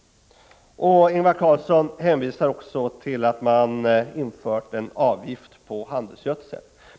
Ingvar Carlsson hänvisar också till att man infört en avgift på handelsgödsel.